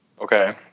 Okay